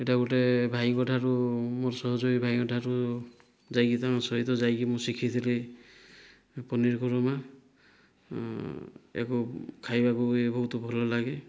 ଏଇଟା ଗୋଟିଏ ଭାଇଙ୍କଠାରୁ ମୋର ସହଯୋଗୀ ଭାଇଙ୍କଠାରୁ ତାଙ୍କ ସହିତ ଯାଇକି ମୁଁ ଶିଖିଥିଲି ପନିର କୁରମା ଏବଂ ଖାଇବାକୁ ହୁଏ ବହୁତ ଭଲ ଲାଗେ